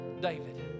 David